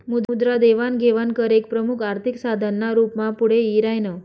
मुद्रा देवाण घेवाण कर एक प्रमुख आर्थिक साधन ना रूप मा पुढे यी राह्यनं